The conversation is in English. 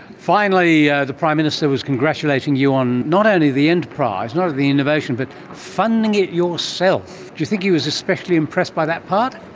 finally the prime minister was congratulating you on not only the enterprise, not only the innovation but funding it yourself. do you think he was especially impressed by that part?